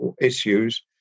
issues